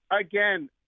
Again